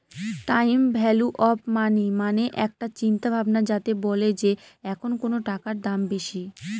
time value of money মানে একটা চিন্তা ভাবনা যাতে বলে যে এখন কোনো টাকার দাম বেশি